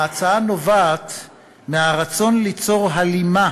ההצעה נובעת מהרצון ליצור הלימה